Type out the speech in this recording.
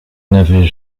n’avais